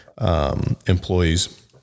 employees